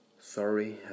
Sorry